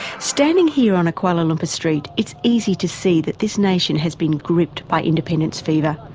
standing here on a kuala lumpur street, it's easy to see that this nation has been gripped by independence fever.